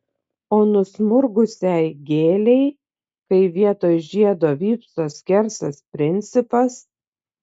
o nusmurgusiai gėlei kai vietoj žiedo vypso skersas principas